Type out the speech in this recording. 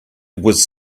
was